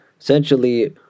essentially